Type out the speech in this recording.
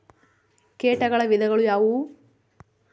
ಕೇಟಗಳ ವಿಧಗಳು ಯಾವುವು?